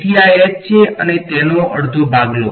તેથી આ છે અને તેનો અડધો ભાગ લો